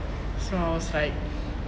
so I was like